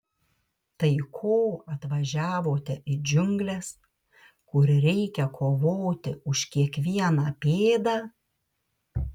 tai ko atvažiavote į džiungles kur reikia kovoti už kiekvieną pėdą